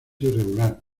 irregular